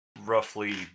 roughly